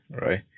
right